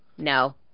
No